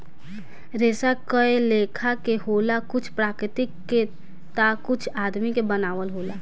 रेसा कए लेखा के होला कुछ प्राकृतिक के ता कुछ आदमी के बनावल होला